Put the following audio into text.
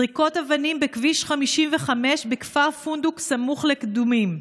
זריקות אבנים בכביש 55 בכפר אל-פונדוק סמוך לקדומים.